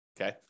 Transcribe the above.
Okay